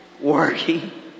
working